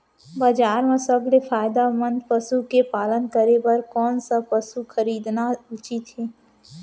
बजार म सबसे फायदामंद पसु के पालन करे बर कोन स पसु खरीदना उचित हे?